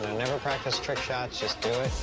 never practice trick shots. just do it.